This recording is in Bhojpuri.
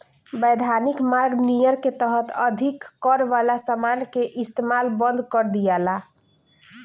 वैधानिक मार्ग नियर के तहत अधिक कर वाला समान के इस्तमाल बंद कर दियाला